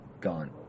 gone